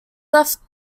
left